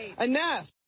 Enough